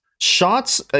shots